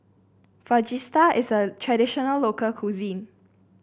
fajitas is a traditional local cuisine